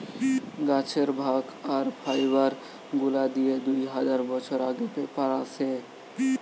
গাছের ভাগ আর ফাইবার গুলা দিয়ে দু হাজার বছর আগে পেপার আসে